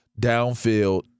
downfield